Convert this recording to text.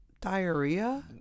Diarrhea